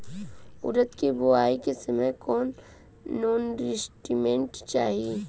उरद के बुआई के समय कौन नौरिश्मेंट चाही?